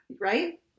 Right